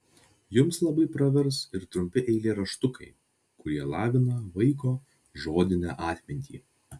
jums labai pravers ir trumpi eilėraštukai kurie lavina vaiko žodinę atmintį